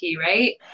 right